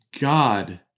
God